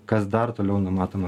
kas dar toliau numatoma